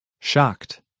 shocked